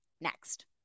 next